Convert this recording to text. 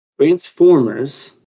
Transformers